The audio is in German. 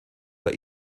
bei